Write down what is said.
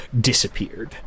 Disappeared